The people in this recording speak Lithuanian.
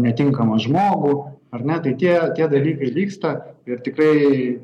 netinkamą žmogų ar ne tai tie tie dalykai vyksta ir tikrai